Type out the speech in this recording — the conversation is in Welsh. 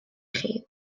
chi